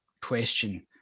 question